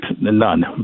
none